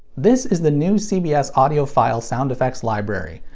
this is the new cbs audio-file sound effects library.